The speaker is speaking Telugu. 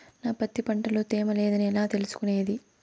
నా పత్తి పంట లో తేమ లేదని ఎట్లా తెలుసుకునేది?